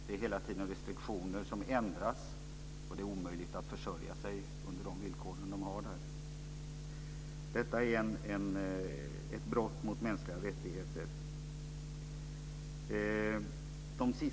Det är hela tiden restriktioner som ändras, och det är omöjligt att försörja sig under de villkor de har där. Detta är ett brott mot mänskliga rättigheter.